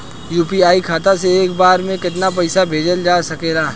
UPI खाता से एक बार म केतना पईसा भेजल जा सकेला?